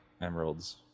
emeralds